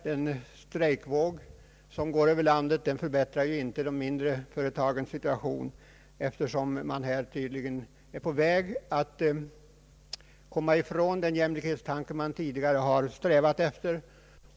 Den strejkvåg som nu går över landet förbättrar inte de mindre företagens situation, man är tydligen på väg ifrån den jämlikhetstanke man tidigare har strävat efter.